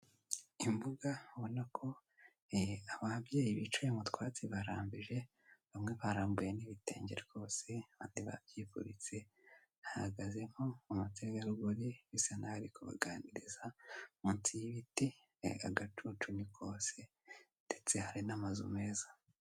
Imbuga ubona ko ababyeyi bicaye mu twatsi barambije, bamwe barambuye n'ibitenge rwose abandi babyifubitse, hahagazemo umutegarugori bisa n'aho ari kubaganiriza, munsi y'ibiti agacucu ni kose ndetse hari n'amazu meza.